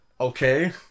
Okay